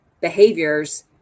behaviors